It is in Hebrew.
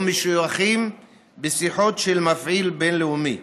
משויכים בשיחות של מפעיל בין-לאומי.